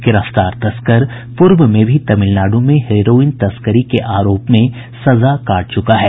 गिरफ्तार तस्कर पूर्व में भी तमिलनाडु में हेरोईन तस्करी के आरोप में सजा काट चुका है